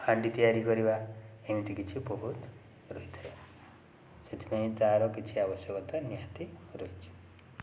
ହାଣ୍ଡି ତିଆରି କରିବା ଏମିତି କିଛି ବହୁତ ରହିଥାଏ ସେଥିପାଇଁ ତା'ର କିଛି ଅବଶ୍ୟକତା ନିହାତି ରହିଛି